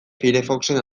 firefoxen